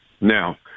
now